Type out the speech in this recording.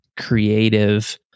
creative